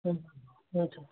हुन्छ हजुर